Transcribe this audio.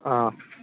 ꯑꯥ